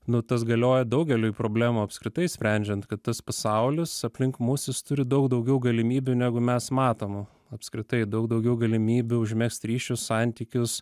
nu tas galioja daugeliui problemų apskritai sprendžiant kad tas pasaulis aplink mus jis turi daug daugiau galimybių negu mes matom apskritai daug daugiau galimybių užmegzt ryšius santykius